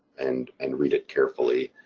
and and read it carefully